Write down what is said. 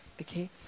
Okay